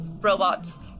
robots